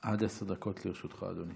עשר דקות לרשותך, אדוני.